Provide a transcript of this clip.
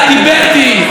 טיבטי,